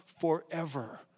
forever